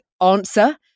Answer